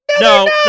No